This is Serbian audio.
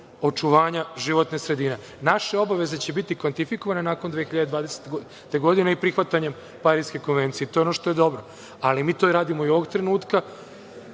očuvanja životne sredine. Naše obaveze će biti kvantifikovane nakon 2020. godine i prihvatanjem Pariske konvencije. To je ono što je dobro. Ali, mi to radimo i ovog trenutka.